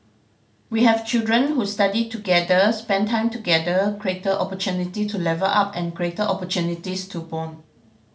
we have children who study together spent time together greater opportunity to level up and greater opportunities to bond